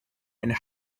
and